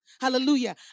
Hallelujah